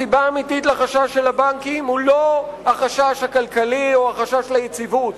הסיבה האמיתית לחשש של הבנקים היא לא החשש הכלכלי או החשש ליציבות.